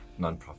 nonprofit